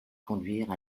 conduire